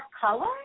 color